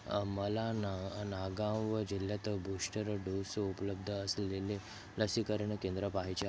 मला ना नागाव व जिल्ह्यात बूस्टर डोस उपलब्ध असलेले लसीकरण केंद्र पाहिजे